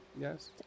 Yes